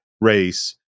race